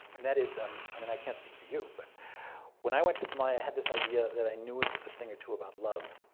and that is um i mean, i can't speak for you, but when i went to somalia, i had this idea that i knew a thing or two about love,